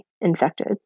infected